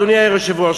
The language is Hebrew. אדוני היושב-ראש,